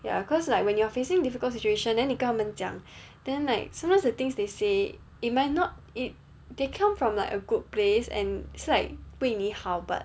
ya cause like when you're facing difficult situation then 妳跟他们讲 then like sometimes the things they say it might not it they come from like a good place and 是 like 为你好 but